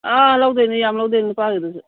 ꯑꯥ ꯂꯧꯗꯣꯏꯅꯤ ꯌꯥꯝ ꯂꯧꯗꯣꯏꯅꯤ ꯅꯨꯄꯥꯒꯤꯗꯁꯨ